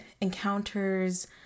encounters